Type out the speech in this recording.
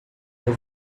his